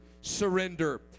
surrender